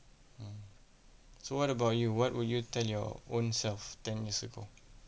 mm so what about you what will you tell your own self ten years ago